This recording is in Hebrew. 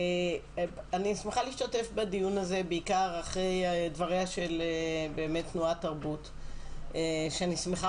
אני שמחה להשתתף בדיון הזה בעיקר אחרי דבריה של תנועת תרבות שאני שמחה